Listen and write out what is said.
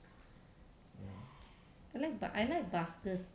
I like I like buskers